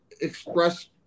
express